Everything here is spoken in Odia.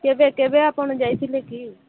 କେବେ କେବେ ଆପଣ ଯାଇଥିଲେ କି